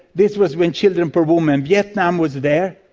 this was when children per woman, vietnam was there,